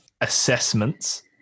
assessments